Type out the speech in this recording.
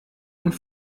und